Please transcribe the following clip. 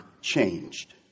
changed